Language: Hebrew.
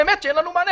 באמת אין לנו מענה.